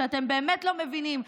שאתם באמת לא מבינים,